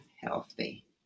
healthy